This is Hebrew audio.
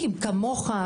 כמוך,